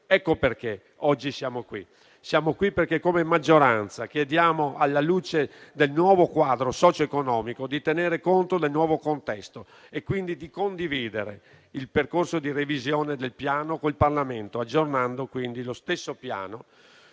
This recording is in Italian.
Ecco perché oggi siamo qui. Siamo qui perché come maggioranza chiediamo, alla luce del nuovo quadro socio-economico, di tenere conto del nuovo contesto e quindi di condividere il percorso di revisione del Piano con il Parlamento, aggiornando lo stesso Piano